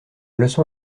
leçon